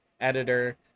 editor